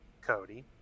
Cody